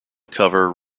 cover